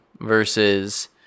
versus